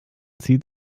zieht